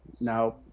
no